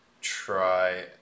try